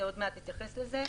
אני עוד מעט אתייחס לזה.